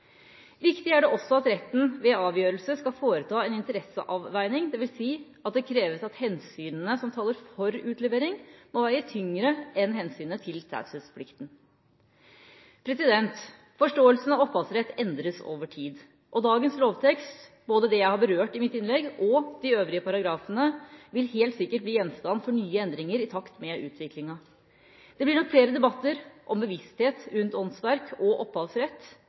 Viktig er det også at retten ved avgjørelse skal foreta en interesseavveining, dvs. at det kreves at hensynene som taler for utlevering, må veie tyngre enn hensynet til taushetsplikten. Forståelsen av opphavsrett endres over tid. Dagens lovtekst, både det jeg har berørt i mitt innlegg, og de øvrige paragrafene, vil helt sikkert bli gjenstand for nye endringer, i takt med utviklinga. Det blir nok flere debatter om bevissthet rundt åndsverk og